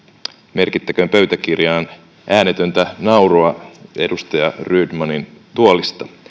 merkittäköön pöytäkirjaan äänetöntä naurua edustaja rydmanin tuolista